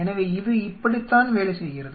எனவே இது இப்படித்தான் வேலை செய்கிறது